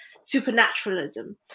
supernaturalism